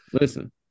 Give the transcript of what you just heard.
listen